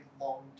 long